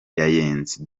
kayenzi